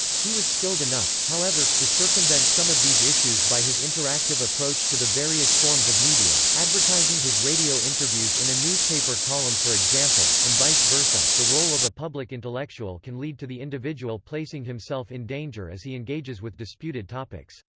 he was skilled enough, however, to circumvent some of these issues by his interactive approach to the various forms of media, advertising his radio interviews in a newspaper column for example, and vice versa the role of a public intellectual can lead to the individual placing himself in danger as he engages with disputed topics.